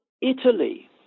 Italy